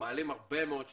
מעלים הרבה מאוד שאלות.